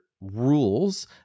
rules